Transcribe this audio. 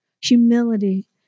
humility